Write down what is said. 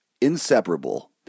inseparable